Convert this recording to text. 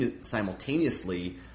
simultaneously